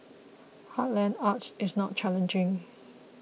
heartland arts is not challenging